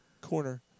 CORNER